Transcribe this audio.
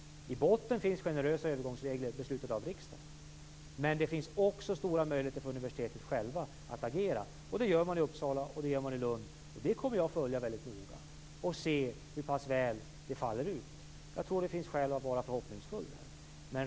I botten finns generösa övergångsregler beslutade av riksdagen, men det finns också stora möjligheter för universiteten själva att agera. Det gör man i Uppsala, och det gör man i Lund. Detta kommer jag att följa väldigt noga för att se hur pass väl det faller ut. Jag tror att det finns skäl att vara förhoppningsfull.